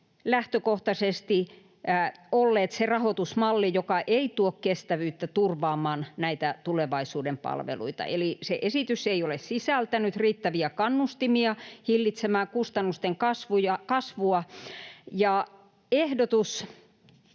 lähtökohtaisesti ollut se rahoitusmalli, joka ei tuo kestävyyttä turvaamaan näitä tulevaisuuden palveluita, eli se esitys ei ole sisältänyt riittäviä kannustimia hillitsemään kustannusten kasvua. Tässä